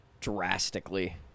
Drastically